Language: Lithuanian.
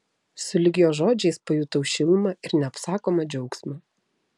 sulig jo žodžiais pajutau šilumą ir neapsakomą džiaugsmą